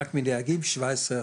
רק מנהגים - 17%.